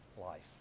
life